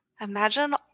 Imagine